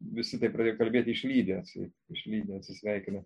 visi taip pradėk kalbėti išlydi atseit išlydi atsisveikina